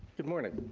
good morning.